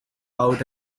out